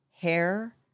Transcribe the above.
hair